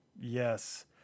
Yes